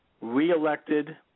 reelected